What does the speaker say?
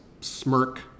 smirk